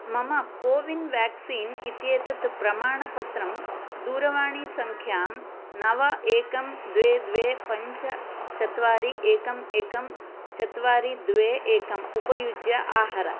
मम CoWIN vaccine इत्येतत् प्रमाणपत्रं दूरवाणीसङ्ख्यां नव एकं द्वे द्वे पञ्च चत्वारि एकम् एकं चत्वारि द्वे एकम् उपयुज्य आहर